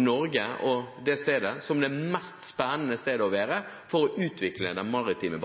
Norge og det stedet som det mest spennende stedet å være for å utvikle den maritime